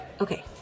okay